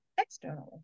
externally